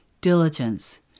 diligence